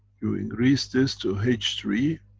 you increase this to h three